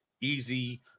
easy